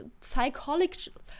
psychological